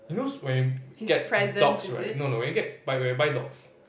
you know when you get dogs right no no when you get but buy when you buy dogs